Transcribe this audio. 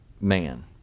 man